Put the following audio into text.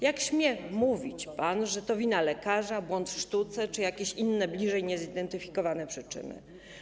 Jak pan śmie mówić, że to wina lekarza, błąd w sztuce czy jakieś inne bliżej niezidentyfikowane przyczyny?